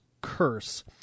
curse